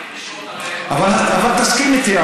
אבל תסכים איתי,